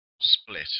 split